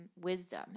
wisdom